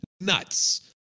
nuts